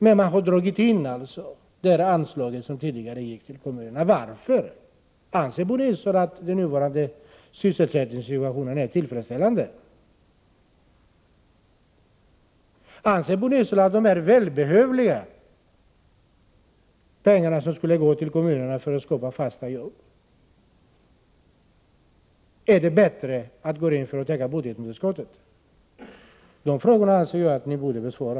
Men man har dragit in det anslag som tidigare gick till kommunerna. Varför? Anser Bo Nilsson att den nuvarande sysselsättningssituationen är tillfredsställande? Anser Bo Nilsson att det är bättre att de välbehövliga pengar som skulle gå till kommunerna för att skapa fasta jobb går in för att täcka budgetunderskottet? De frågorna tycker jag att ni borde besvara.